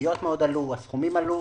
הריביות מאוד עלו, הסכומים עלו.